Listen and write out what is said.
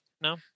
no